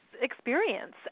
experience